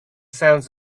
sounds